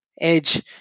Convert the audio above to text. edge